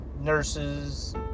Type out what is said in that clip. nurses